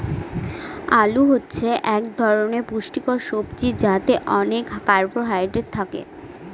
আলু হচ্ছে এক ধরনের পুষ্টিকর সবজি যাতে অনেক কার্বহাইড্রেট থাকে